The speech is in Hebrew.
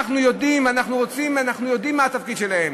אנחנו יודעים מה התפקיד שלהם.